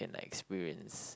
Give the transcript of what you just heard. can like experience